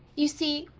you see,